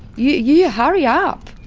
you yeah hurry up.